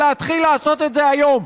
ולהתחיל לעשות את זה היום.